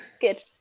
Good